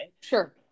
sure